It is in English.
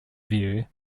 view